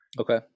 Okay